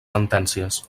sentències